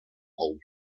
old